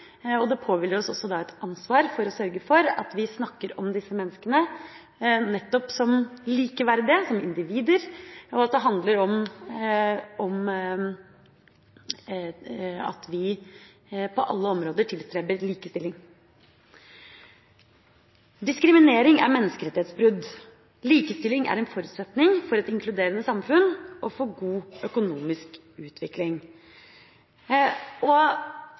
Det påhviler oss også et ansvar for å sørge for at vi snakker om disse menneskene nettopp som likeverdige, som individer. Det handler om at vi på alle områder tilstreber likestilling. Diskriminering er menneskerettighetsbrudd. Likestilling er en forutsetning for et inkluderende samfunn og for god økonomisk utvikling.